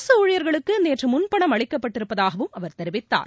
அரசு ஊழியர்களுக்கு நேற்று முன்பணம் அளிக்கப்பட்டிருப்பதாகவும் அவர் தெரிவித்தார்